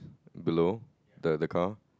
below the the car